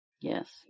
Yes